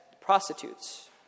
prostitutes